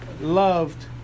loved